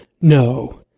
no